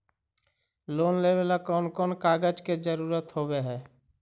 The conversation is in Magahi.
लोन लेबे ला कौन कौन कागजात के जरुरत होबे है?